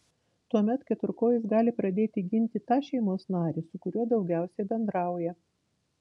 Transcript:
tuomet keturkojis gali pradėti ginti tą šeimos narį su kuriuo daugiausiai bendrauja